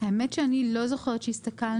האמת שאני לא זוכרת שהסתכלנו.